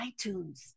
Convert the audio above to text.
iTunes